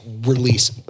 release